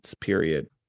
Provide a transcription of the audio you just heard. Period